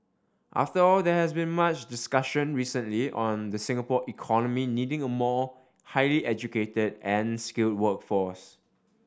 after all there has been much discussion recently on the Singapore economy needing a more highly educated and skilled workforce